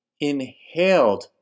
inhaled